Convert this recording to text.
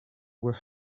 were